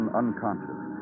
unconscious